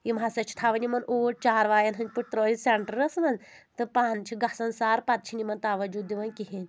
یِم ہَسا چھِ تھاوَان یِمَن اوٗرۍ چاروایَن ہٕنٛدۍ پٲٹھۍ ترٲیِتھ سیٚنٹرَس منٛز تہٕ پَن چھِ گژھان سار پَتہٕ چھِنہٕ یِمَن تَوَجوٗ دِوَان کِہیٖنۍ